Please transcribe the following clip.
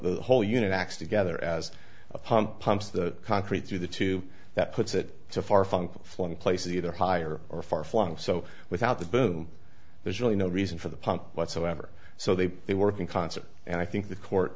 the whole unit acts together as a pump pumps the concrete through the two that puts it to far flung flung places either higher or far flung so without the boom there's really no reason for the pump whatsoever so they they work in concert and i think the court